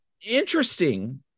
interesting